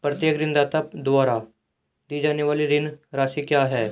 प्रत्येक ऋणदाता द्वारा दी जाने वाली ऋण राशि क्या है?